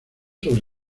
sobre